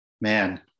Man